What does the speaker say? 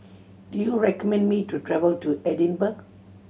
do you recommend me to travel to Edinburgh